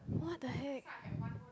what the heck